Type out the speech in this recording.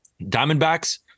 Diamondbacks